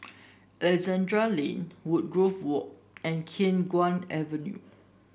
Alexandra Lane Woodgrove Walk and Khiang Guan Avenue